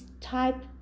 type